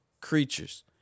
creatures